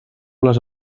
les